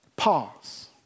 Pause